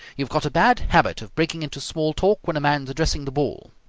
you've got a bad habit of breaking into small talk when a man's addressing the ball.